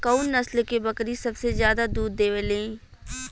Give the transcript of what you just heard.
कउन नस्ल के बकरी सबसे ज्यादा दूध देवे लें?